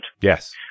Yes